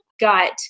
Got